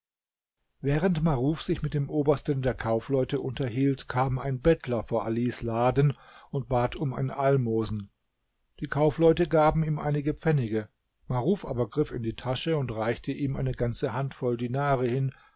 während maruf sich mit dem obersten der kaufleute unterhielt kam ein bettler vor alis laden und bat um ein almosen die kaufleute gaben ihm einige pfennige maruf aber griff in die tasche und reichte ihm eine ganze hand voll dinare hin